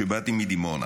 שבאתי מדימונה,